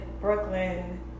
Brooklyn